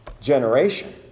generation